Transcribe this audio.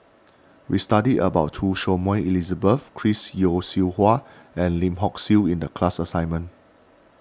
we studied about Choy Su Moi Elizabeth Chris Yeo Siew Hua and Lim Hock Siew in the class assignment